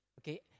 okay